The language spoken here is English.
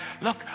look